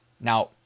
Now